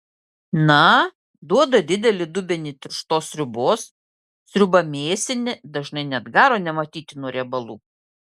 na duoda didelį dubenį tirštos sriubos sriuba mėsinė dažnai net garo nematyti nuo riebalų